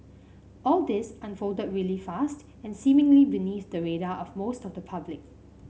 all this unfolded really fast and seemingly beneath the radar of most of the public